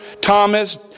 Thomas